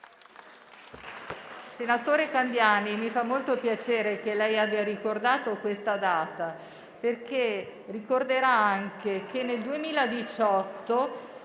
Senatore Candiani, mi fa molto piacere che lei abbia ricordato questa data, perché ricorderà anche che nel 2018,